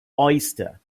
oyster